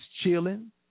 chilling